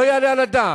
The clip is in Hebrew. לא יעלה על הדעת.